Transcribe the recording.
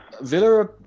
Villa